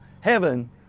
heaven